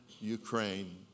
Ukraine